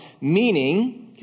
Meaning